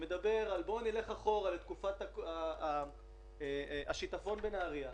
שמדבר על ללכת אחורה, לתקופת השיטפון בנהריה,